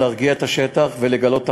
להרגיע את השטח ולגלות אחריות.